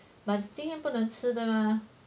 but 你今天不能吃对吗